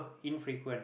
infrequent